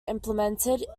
implemented